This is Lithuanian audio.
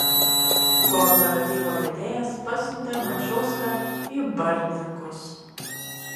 kooperatyvo vedėjas pasiuntė mačiulską į bartninkus